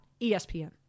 ESPN